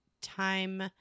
time